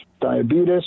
diabetes